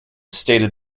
stated